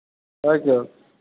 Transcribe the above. okay okay